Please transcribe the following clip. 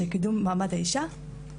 של קידום מעמד האישה,